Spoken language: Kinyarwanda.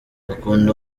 akunda